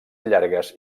llargues